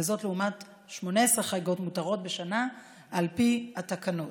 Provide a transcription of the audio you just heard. וזאת לעומת 18 חריגות מותרות בשנה על פי התקנות.